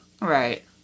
Right